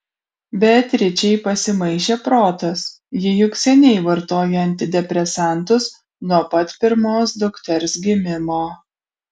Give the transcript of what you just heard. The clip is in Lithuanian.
beatričei pasimaišė protas ji juk seniai vartoja antidepresantus nuo pat pirmos dukters gimimo